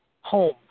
home